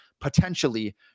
potentially